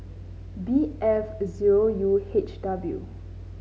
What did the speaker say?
B F zero U H W